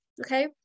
okay